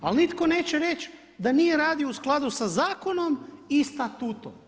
Ali nitko neće reći da nije radio u skladu sa zakonom i statutom.